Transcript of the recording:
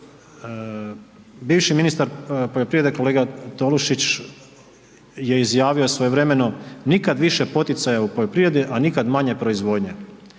Bivši ministar poljoprivrede kolega Tolušić je izjavio svojevremeno, nikad više poticaja u poljoprivredi, a nikad manje proizvodnje.